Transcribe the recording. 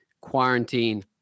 quarantine